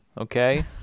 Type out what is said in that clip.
Okay